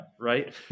Right